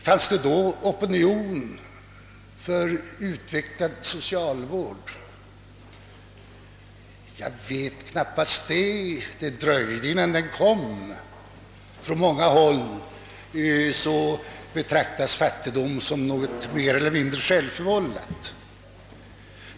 Fanns det då opinion för utvecklad socialvård? Jag tror knappast det. Det dröjde innan en sådan opinion skapades. På många håll betraktades fattigdom som något mer eller mindre självförvållat.